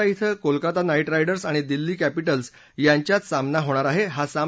आज कोलकाता ध्वें Kolkata Knight Riders आणि दिल्ली कॅप्टिलस यांच्यात सामना होणार आहे